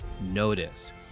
notice